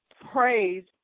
Praise